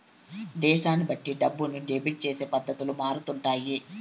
దేశాన్ని బట్టి డబ్బుని డెబిట్ చేసే పద్ధతులు మారుతుంటాయి